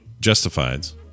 Justifieds